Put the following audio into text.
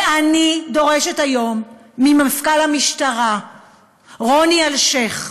ואני דורשת היום ממפכ"ל המשטרה רוני אלשיך: